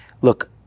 look